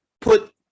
put